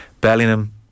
Bellingham